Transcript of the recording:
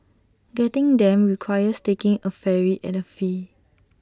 getting them requires taking A ferry at A fee